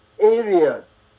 areas